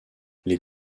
les